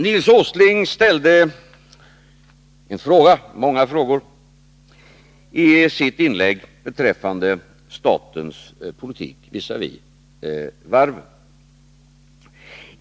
Nils Åsling ställde i sitt inlägg många frågor beträffande statens politik visavi varven.